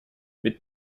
mit